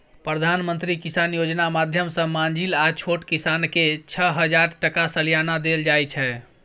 प्रधानमंत्री किसान योजना माध्यमसँ माँझिल आ छोट किसानकेँ छअ हजार टका सलियाना देल जाइ छै